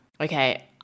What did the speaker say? okay